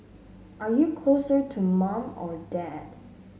are you closer to mum or dad